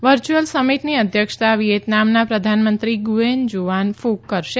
virtual સમિટની અધ્યક્ષતા વિયેતનામના પ્રધાનમંત્રી ગુયેન જુઆન ફક કરશે